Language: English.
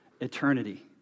eternity